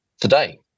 today